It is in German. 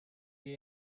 wir